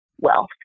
wealth